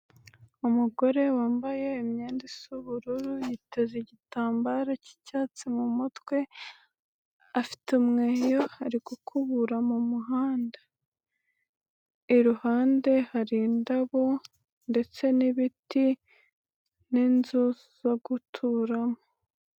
Umugore wambaye imyenda isa ubururu yiteze igitambaro k'icyatsi mu mutwe, afite umweyo ari gukubura mu muhanda, iruhande hari indabo ndetse n'ibiti n'inzu zo guturamo.